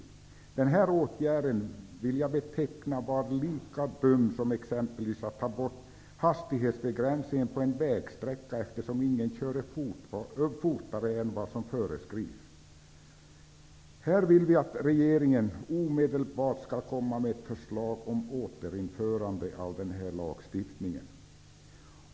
Att vidta den åtgärden var lika dumt som det skulle vara att ta bort hastighetsbegränsningen på en vägsträcka därför att ingen körde fortare än vad som föreskrevs. Vi vill att regeringen omedelbart skall komma med ett förslag om återinförande av lagstiftningen.